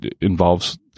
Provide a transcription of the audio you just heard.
involves